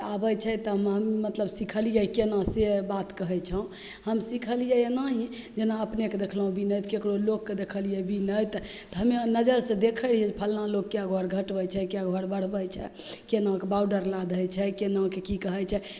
आबै छै तऽ हम मतलब सिखलिए कोना से बात कहै छौँ हम सिखलिए एनाहि ई जेना अपनेके देखलहुँ बिनैत ककरो लोकके देखलिए बिनैत हमे नजरिसे देखै हिए फल्लाँ लोक कैगो घर घटबै छै कैगो घर बढ़बै छै कोनाके बॉडर लाधै छै कोनाके कि करै छै